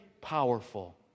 powerful